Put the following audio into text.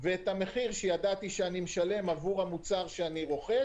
והמחיר שידעתי שאני משלם עבור המוצר שאני רוכש